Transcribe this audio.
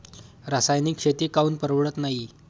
रासायनिक शेती काऊन परवडत नाई?